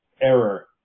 error